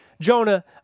Jonah